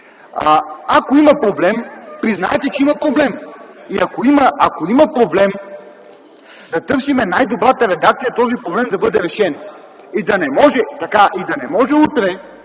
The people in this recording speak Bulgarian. ако има проблем, признайте че има проблем. Ако има проблем, да търсим най-добрата редакция този проблем да бъде решен и да не може утре